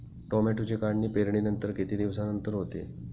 टोमॅटोची काढणी पेरणीनंतर किती दिवसांनंतर होते?